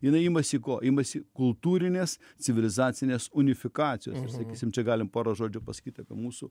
jinai imasi ko imasi kultūrinės civilizacinės unifikacijos sakysim čia galim porą žodžių pasakyti apie mūsų